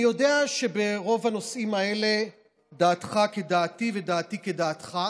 אני יודע שברוב הנושאים האלה דעתך כדעתי ודעתי כדעתך.